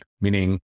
meaning